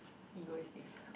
egoistic